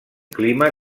clima